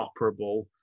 operable